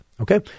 okay